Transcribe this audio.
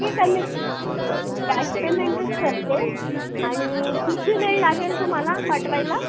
ठीक आहे मी हां कॅश पेमेंटच करते आणि किती वेळ लागेल तुम्हाला पाठवायला